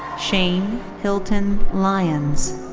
shane hilton lyons.